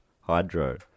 Hydro